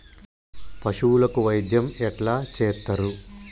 పశువులకు వైద్యం ఎట్లా చేత్తరు?